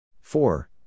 four